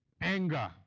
anger